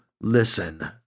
listen